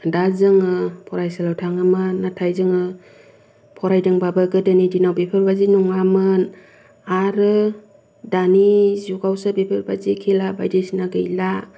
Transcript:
दा जोङो फरायसालिआव थाङोमोन नाथाय जोङो फरायदोंबाबो गोदोनि दिनाव बेफोरबायदि नङामोन आरो दानि जुगावसो बेफोरबायदि खेला बायदिसना गैला